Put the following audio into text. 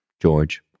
George